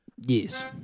Yes